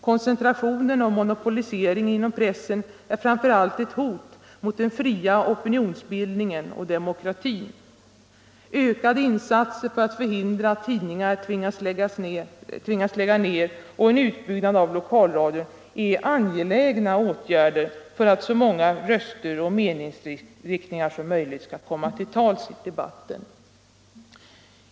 Koncentrationen och monopoliseringen inom pressen är framför allt ett hot mot den fria opinionsbildningen och demokratin. Ökade insatser för att förhindra att tidningar tvingas läggas ner och en utbyggnad av lokalradio är angelägna åtgärder för att så många röster och meningsriktningar som möjligt skall komma till tals i debatten.